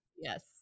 yes